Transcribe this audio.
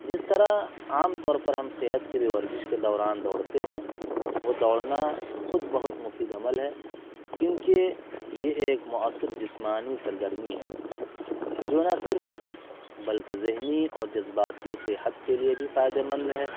جس طرح عام طور پر ہم صحت کے لیے ورزش کے دوران دوڑتے ہیں وہ دوڑنا خود بہت مفید عمل ہے کیونکہ یہ ایک مؤثر جسمانی سرگرمی ہے جو نہ صرف جسم بلکہ ذہنی اور جذباتی صحت کے لیے بھی فائدہ مند ہے